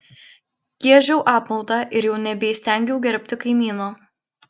giežiau apmaudą ir jau nebeįstengiau gerbti kaimyno